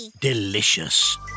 Delicious